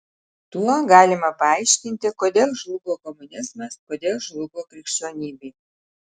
tuo galima paaiškinti kodėl žlugo komunizmas kodėl žlugo krikščionybė